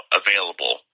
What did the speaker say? available